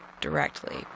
directly